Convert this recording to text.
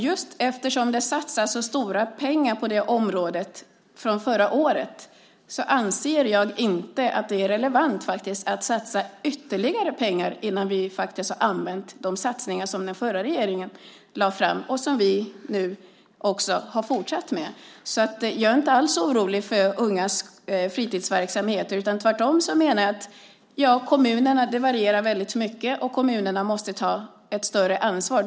Just eftersom det satsades så stora pengar på detta område förra året anser jag inte att det är relevant att satsa ytterligare pengar innan vi har genomfört de satsningar som den förra regeringen lade fram och som vi nu också har fortsatt med. Jag är alltså inte alls orolig för ungas fritidsverksamheter, tvärtom. Dock varierar det väldigt mycket mellan kommunerna, och jag menar att kommunerna måste ta ett större ansvar.